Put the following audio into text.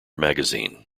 magazine